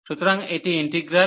সুতরাং এটি ইন্টিগ্রাল